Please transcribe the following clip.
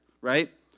right